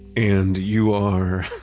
and you are?